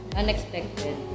unexpected